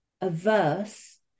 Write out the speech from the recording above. averse